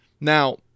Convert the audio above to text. Now